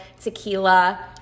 tequila